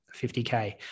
50K